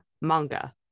manga